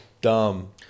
dumb